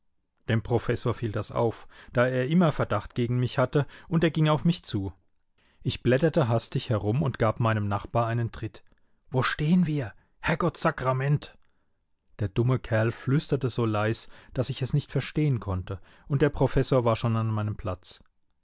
dem professor fiel das auf da er immer verdacht gegen mich hatte und er ging auf mich zu ich blätterte hastig herum und gab meinem nachbar einen tritt wo stehen wir herrgottsakrament der dumme kerl flüsterte so leis daß ich es nicht verstehen konnte und der professor war schon an meinem platz